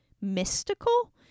mystical